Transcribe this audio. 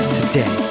today